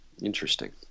Interesting